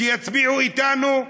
שיצביעו אתנו,